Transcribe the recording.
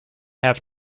have